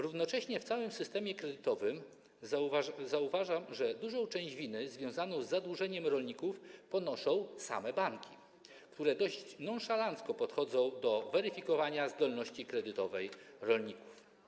Równocześnie, jeśli chodzi o cały system kredytowy, zauważam, że dużą część winy związanej z zadłużeniem rolników ponoszą same banki, które dość nonszalancko podchodzą do weryfikowania zdolności kredytowej rolników.